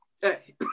Hey